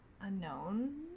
unknown